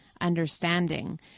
understanding